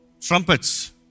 Trumpets